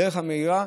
הדרך המהירה,